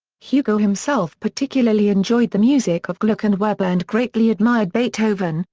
hugo himself particularly enjoyed the music of gluck and weber and greatly admired beethoven,